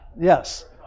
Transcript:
Yes